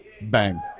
Bang